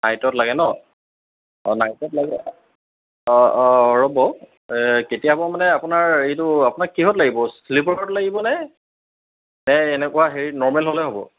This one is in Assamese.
নাইটত লাগে নহ্ অঁ নাইটত লাগে অঁ অঁ ৰ'ব কেতিয়াবা মানে আপোনাৰ এইটো আপোনাক কিহত লাগিব শ্লিপাৰত লাগিবনে নে এনেকুৱা হেৰি নৰ্মেল হ'লে হ'ব